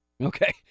okay